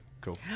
Cool